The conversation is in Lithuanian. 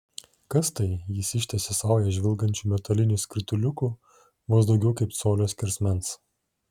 kas tai jis ištiesė saują žvilgančių metalinių skrituliukų vos daugiau kaip colio skersmens